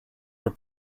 were